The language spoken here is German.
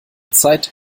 zeit